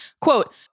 Quote